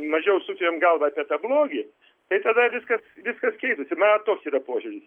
mažiau suktumėm galvą apie tą blogį tai tada viskas viskas keistųsi mano toks yra požiūris